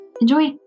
Enjoy